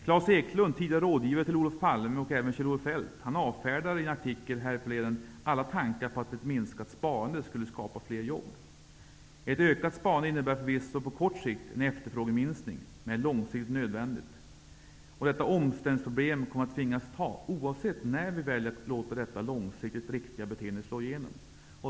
Klas Eklund, tidigare rådgivare till Olof Palme och Kjell-Olof Feldt, avfärdade i en artikel härförleden alla tankar på att ett minskat sparande skulle skapa fler jobb. Ett ökat sparande innebär förvisso på kort sikt en efterfrågeminskning men är långsiktigt nödvändigt. Detta omställningsproblem kommer vi att tvingas ta oavsett när vi väljer att låta detta långsiktigt riktiga beteende slå igenom.